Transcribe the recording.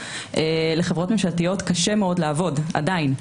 לחברות ממשלתיות קשה מאוד לעבוד עדיין.